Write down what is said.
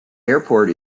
airport